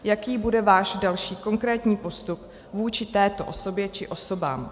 Jaký bude váš další konkrétní postup vůči této osobě či osobám?